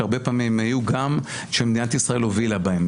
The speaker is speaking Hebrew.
שהרבה פעמים היו גם כאלה שמדינת ישראל הובילה בהם.